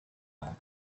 lag